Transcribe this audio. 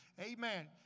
Amen